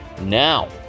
now